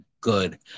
good